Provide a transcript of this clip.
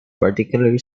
particularly